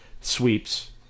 sweeps